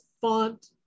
font